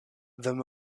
though